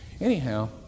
Anyhow